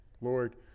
Lord